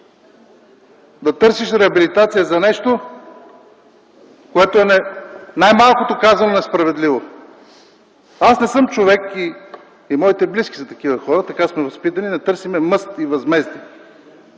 да търсиш реабилитация за нещо, което, най-малкото казано, е несправедливо. Аз не съм такъв човек, моите близки също са такива хора, така сме възпитани – да търсим мъст и възмездие.